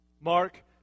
Mark